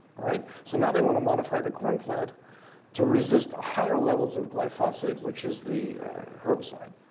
all right. so now they want to modify the corn plant to resist higher levels of glyphosate, which is the herbicide.